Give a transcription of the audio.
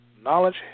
knowledge